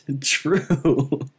true